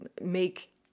make